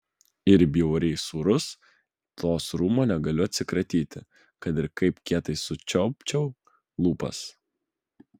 ir bjauriai sūrus to sūrumo negaliu atsikratyti kad ir kaip kietai sučiaupčiau lūpas